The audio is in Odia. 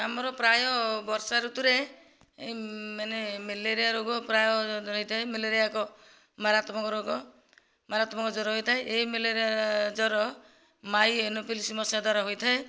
ଆମର ପ୍ରାୟ ବର୍ଷା ଋତୁରେ ମାନେ ମ୍ୟାଲେରିଆ ରୋଗ ପ୍ରାୟ ହୋଇଥାଏ ମ୍ୟାଲେରିଆ ଏକ ମାରାତ୍ମକ ରୋଗ ମାରାତ୍ମକ ଜର ହେଇଥାଏ ଏହି ମ୍ୟାଲେରିଆ ଜର ମାଇ ଏନୋଫିଲିସ ମଶା ଦ୍ୱାରା ହେଇଥାଏ